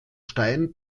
stein